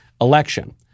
election